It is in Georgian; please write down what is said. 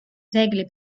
ძეგლი